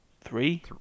three